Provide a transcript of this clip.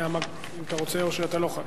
אני חושב שאמרתי